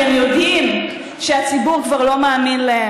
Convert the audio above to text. כי היא עוד רגע מתחילה לבכות.